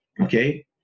Okay